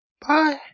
Bye